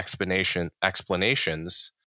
explanations